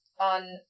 on